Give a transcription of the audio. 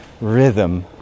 rhythm